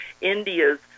India's